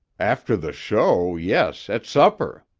after the show, yes, at supper.